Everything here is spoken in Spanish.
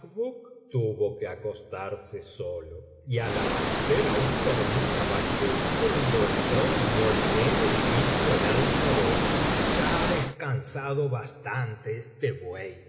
tuvo que acostarse solo y al amanecer aún dormía bacbuk cuando entró el molinero y dijo en alta voz ya ha descansado bastante este buey